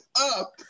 up